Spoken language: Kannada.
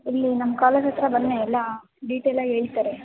ಇಲ್ಲಿ ನಮ್ಮ ಕಾಲೇಜ್ ಹತ್ತಿರ ಬನ್ನಿ ಎಲ್ಲ ಡೀಟೇಲಾಗಿ ಹೇಳ್ತಾರೆ